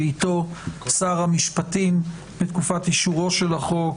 ואיתו שר המשפטים בתקופת אישורו של החוק,